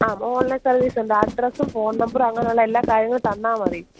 ആം online സർവ്വീസുണ്ട് അഡ്രസ്സും phone നമ്പറും അങ്ങനെ ഉള്ള എല്ലാ കാര്യങ്ങളും തന്നാൽ മതി